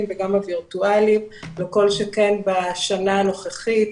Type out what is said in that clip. וגם הווירטואליים וכל שכן בשנה הנוכחית,